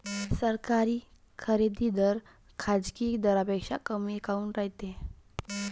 सरकारी खरेदी दर खाजगी दरापेक्षा कमी काऊन रायते?